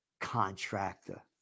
Contractor